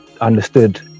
understood